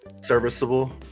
serviceable